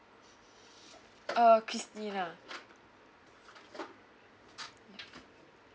uh christina